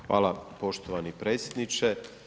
Hvala poštovani predsjedniče.